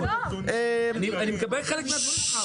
אני מקבל חלק מהדברים שלך,